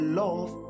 love